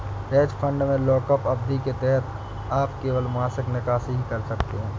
hedge fund में lockup अवधि के तहत आप केवल मासिक निकासी ही कर सकते हैं